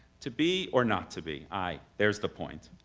to be or not to be ay there's the point.